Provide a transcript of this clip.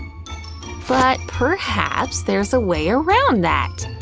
but perhaps there's a way around that,